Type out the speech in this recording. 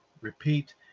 Repeat